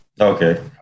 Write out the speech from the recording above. okay